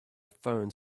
phone